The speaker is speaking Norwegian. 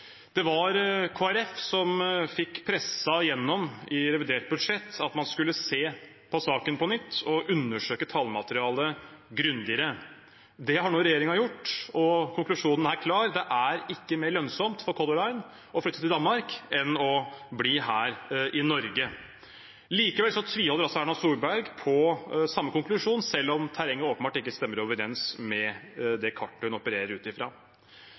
Det var Kristelig Folkeparti som i revidert budsjett fikk presset gjennom at man skulle se på saken på nytt og undersøke tallmaterialet grundigere. Det har nå regjeringen gjort, og konklusjonen er klar: Det er ikke mer lønnsomt for Color Line å flytte til Danmark enn å bli her i Norge. Likevel tviholder altså Erna Solberg på samme konklusjon, selv om terrenget åpenbart ikke stemmer overens med det kartet hun opererer ut